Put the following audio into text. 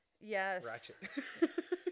yes